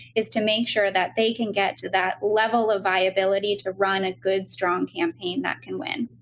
is to make sure that they can get to that level of viability to run a good strong campaign that can win.